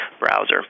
browser